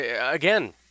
again